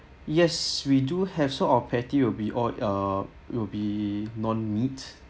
yes we do have sort of patty will be all uh will be non-meat